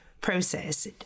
process